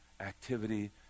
activity